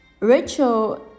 Rachel